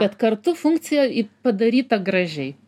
bet kartu funkcija į padaryta gražiai